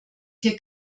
hier